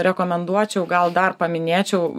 rekomenduočiau gal dar paminėčiau